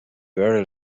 very